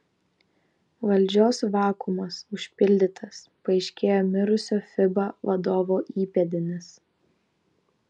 valdžios vakuumas užpildytas paaiškėjo mirusio fiba vadovo įpėdinis